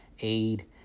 aid